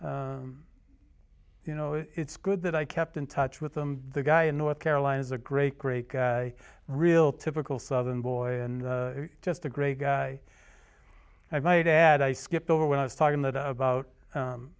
actually you know it's good that i kept in touch with them the guy in north carolina is a great great real typical southern boy and just a great guy i might add i skipped over when i was talking about